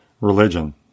religion